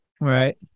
Right